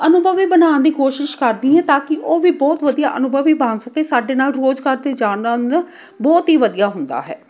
ਅਨੁਭਵੀ ਬਣਾਉਣ ਦੀ ਕੋਸ਼ਿਸ਼ ਕਰਦੀ ਹਾਂ ਤਾਂ ਕਿ ਉਹ ਵੀ ਬਹੁਤ ਵਧੀਆ ਅਨੁਭਵੀ ਬਣ ਸਕੇ ਸਾਡੇ ਨਾਲ ਰੁਜ਼ਗਾਰ 'ਤੇ ਜਾਣ ਨਾਲ ਬਹੁਤ ਹੀ ਵਧੀਆ ਹੁੰਦਾ ਹੈ